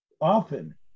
often